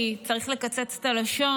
כי צריך לקצץ את הלשון.